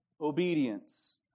obedience